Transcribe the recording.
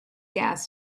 gas